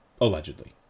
Allegedly